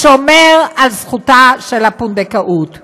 שומר על זכותה של הפונדקאית.